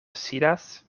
sidas